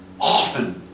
Often